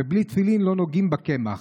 ובלי תפילין לא נוגעים בקמח.